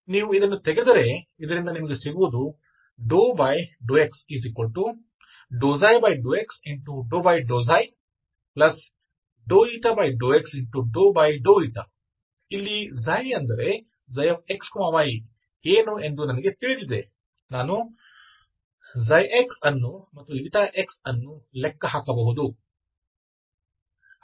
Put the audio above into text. ನೀವು ಇದನ್ನು ತೆಗೆದರೆ ಇದರಿಂದ ನಿಮಗೆ ಸಿಗುವುದು ∂x ∂x ∂x ಇಲ್ಲಿ ಅಂದರೆ xy ಏನು ಎಂದು ನನಗೆ ತಿಳಿದಿದೆ ನಾನು ξ x ಅನ್ನು ಮತ್ತು x ಅನ್ನು ಲೆಕ್ಕ ಹಾಕಬಹುದು